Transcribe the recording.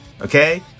Okay